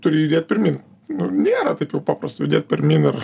turi judėt pirmyn nu nėra taip jau paprasta judėt pirmyn ir